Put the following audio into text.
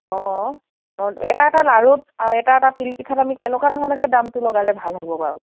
অঁ অঁ এটা এটা লাৰু আৰু এটা এটা তিলপিঠাত আমি কেনেকুৱা ধৰণকে দামটো লগালে ভাল হ'ব বাৰু